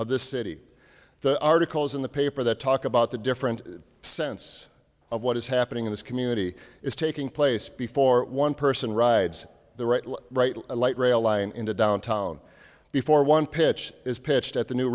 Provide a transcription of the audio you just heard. of this city the articles in the paper that talk about the different sense of what is happening in this community is taking place before one person rides the right right light rail line into downtown before one pitch is pitched at the new